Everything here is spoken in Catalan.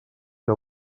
que